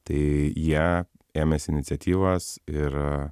tai jie ėmėsi iniciatyvos ir